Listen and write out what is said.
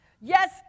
Yes